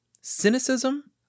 cynicism